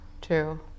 true